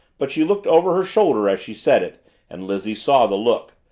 but she, looked over her shoulder as she said it and lizzie saw the look.